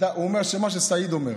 הוא אומר שמה שסעיד אומר.